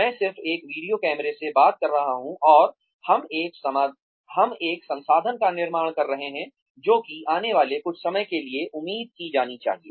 मैं सिर्फ एक वीडियो कैमरे से बात कर रहा हूँ और हम एक संसाधन का निर्माण कर रहे हैं जो कि आने वाले कुछ समय के लिए उम्मीद की जानी चाहिए